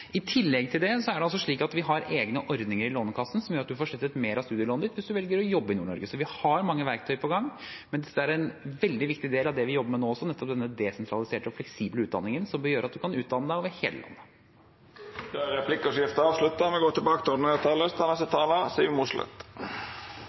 I tillegg til det er det slik at vi har egne ordninger i Lånekassen som gjør at man får slettet mer av studielånet hvis man velger å jobbe i Nord-Norge. Vi har mange verktøy på gang, men dette er en veldig viktig del av det vi jobber med nå, nettopp denne desentraliserte og fleksible utdanningen som vil gjøre at man kan utdanne seg over hele landet. Replikkordskiftet er avslutta.